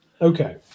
Okay